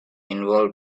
involve